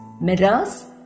mirrors